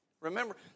Remember